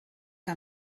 que